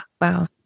Wow